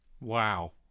Wow